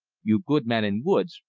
you good man in woods,